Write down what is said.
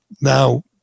now